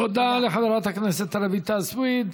תודה לחברת הכנסת רויטל סויד.